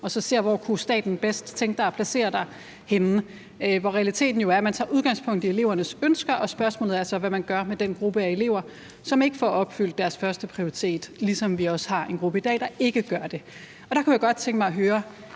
og ser, hvor staten bedst kunne tænke sig at placere vedkommende. Realiteten er jo, at man tager udgangspunkt i elevernes ønsker, og spørgsmålet er så, hvad man gør med den gruppe af elever, som ikke får opfyldt deres førsteprioritet, ligesom vi også i dag har en gruppe, der ikke gør det. Der kunne jeg godt tænke mig at høre: